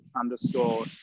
underscore